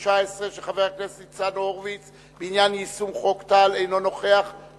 חבר הכנסת זאב בילסקי שאל את שר הביטחון ביום כ"ו